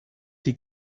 die